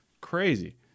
crazy